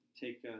take